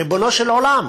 ריבונו של עולם.